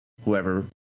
whoever